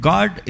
God